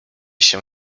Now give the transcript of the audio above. się